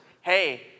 hey